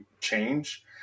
change